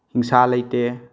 ꯍꯤꯡꯁꯥ ꯂꯩꯇꯦ